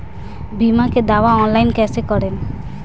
बीमा के दावा ऑनलाइन कैसे करेम?